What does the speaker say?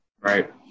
Right